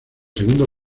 segundo